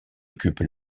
occupe